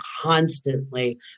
constantly